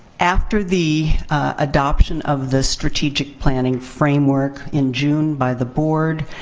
after the adoption of the strategic planning framework in june by the board,